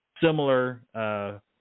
similar